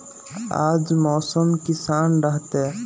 आज मौसम किसान रहतै?